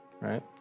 right